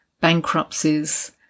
bankruptcies